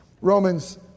Romans